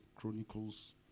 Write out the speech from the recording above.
Chronicles